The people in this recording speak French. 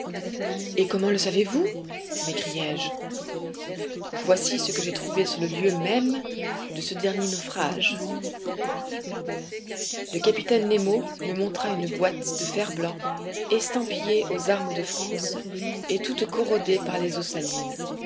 et comment le savez-vous m'écriai-je voici ce que j'ai trouvé sur le lieu même de ce dernier naufrage le capitaine nemo me montra une boîte de ferblanc estampillée aux armes de france et toute corrodée par les eaux salines